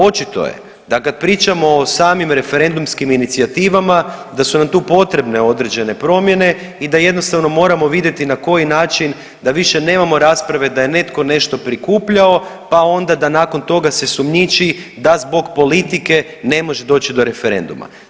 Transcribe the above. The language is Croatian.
Očito je da kad pričamo o samim referendumskim inicijativama da su nam tu potrebne određene promjene i da jednostavno moramo vidjeti na koji način da više nemamo rasprave da je netko nešto prikupljao pa onda da nakon toga se sumnjiči da zbog politike ne može doći do referenduma.